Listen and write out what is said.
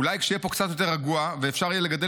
אולי כשיהיה פה קצת יותר רגוע ואפשר יהיה לגדל